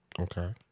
okay